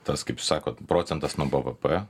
tas kaip jūs sakot procentas nuo b v p